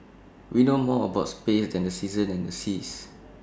we know more about space than the seasons and the seas